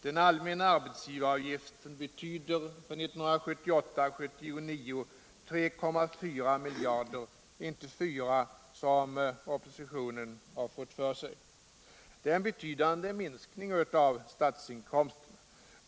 Den allmänna arbetsgivaravgiften betyder för 1978/79 3,4 miljarder, inte 4 miljarder, som oppositionen har fått för sig. Det är en betydande minskning av statsinkomsterna.